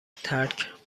ترک